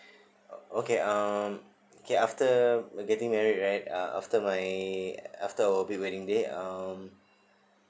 okay um okay after we getting married right uh after my after our pre wedding day